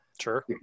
sure